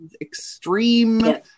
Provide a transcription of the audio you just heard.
extreme